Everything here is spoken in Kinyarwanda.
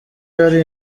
yari